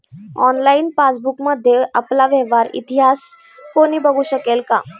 Online पासबुकमध्ये आपला व्यवहार इतिहास कोणी बघु शकेल का?